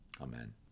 Amen